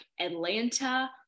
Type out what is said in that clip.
Atlanta